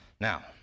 Now